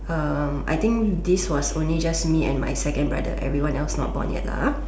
um I think this was only just me and my second brother everyone else not born yet lah ah